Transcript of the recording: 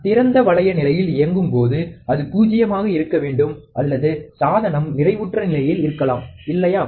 திறந்த வளைய நிலையில் இயங்கும்போது அது பூஜ்யமாக இருக்க வேண்டும் அல்லது சாதனம் நிறைவுற்ற நிலையில் இருக்கலாம் இல்லையா